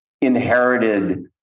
inherited